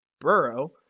Burrow